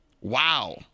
Wow